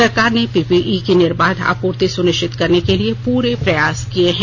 सरकार ने पीपीई की निर्बाध आपूर्ति सुनिश्चित करने के लिए पूरे प्रयास किए हैं